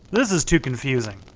this is too confusing!